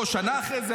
או שנה אחרי זה,